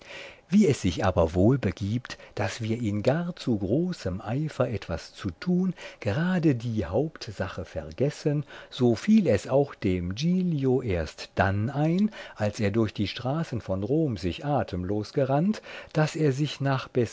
wie es sich aber wohl begibt daß wir in gar zu großem eifer etwas zu tun gerade die hauptsache vergessen so fiel es auch dem giglio erst dann ein als er durch die straßen von rom sich atemlos gerannt daß er sich